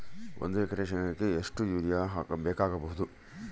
ಒಂದು ಎಕರೆ ಶೆಂಗಕ್ಕೆ ಎಷ್ಟು ಯೂರಿಯಾ ಬೇಕಾಗಬಹುದು?